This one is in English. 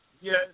Yes